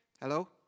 hello